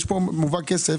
מועבר כאן כסף